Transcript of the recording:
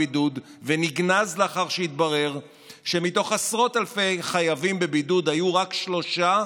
בידוד ונגנז לאחר שהתברר שמתוך עשרות אלפי חייבים בבידוד היו רק שלושה